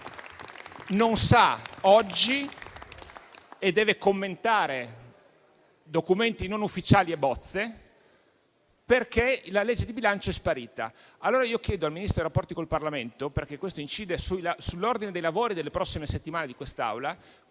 non sa oggi - e deve commentare documenti non ufficiali e bozze - perché la legge di bilancio è sparita. Allora chiedo al Ministro per i rapporti con il Parlamento - perché questo incide sull'ordine dei lavori di quest'Assemblea per le